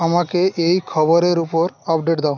আমাকে এই খবরের উপর আপডেট দাও